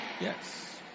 Yes